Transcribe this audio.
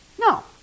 No